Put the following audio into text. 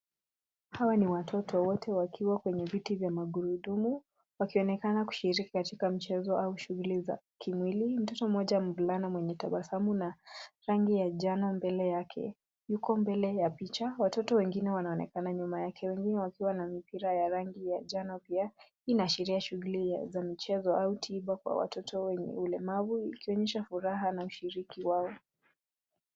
Hawa ni watoto wote wakiwa kwenye viti vya magurudumu ,wakionekana kushiriki katika mchezo au shughuli za kimwili. Mtoto mmoja mvulana mwenye tabasamu na rangi ya njano mbele yake, yuko mbele ya picha. Watoto wengine wanaonekana nyuma yake wengine wakiwa na mipira ya rangi ya njano pia. Hii inaashiria shughuli ya za michezo au tiba kwa watoto wenye ulemavu ikionyesha furaha na ushiriki wao.